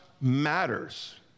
matters